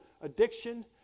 addiction